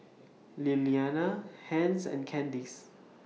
Lilianna Hence and Candyce